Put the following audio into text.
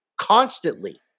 constantly